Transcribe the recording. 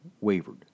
wavered